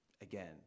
again